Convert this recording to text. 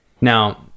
now